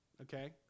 Okay